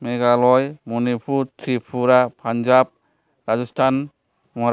Meghalaya Manipur Tripura Punjab Rajasthan